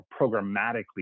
programmatically